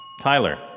Tyler